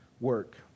work